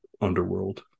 underworld